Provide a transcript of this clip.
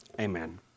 Amen